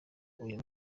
uyu